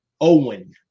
Owen